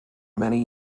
many